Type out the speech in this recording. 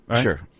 Sure